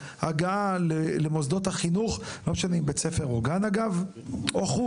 ההגעה למוסדות החינוך לא משנה אם בית ספר או גן או חוג,